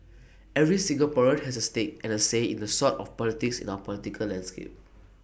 every Singaporean has A stake and A say in the sort of politics in our political landscape